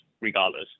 regardless